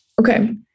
Okay